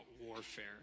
warfare